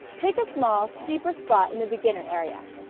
pick a small, steeper, spot in the beginner area.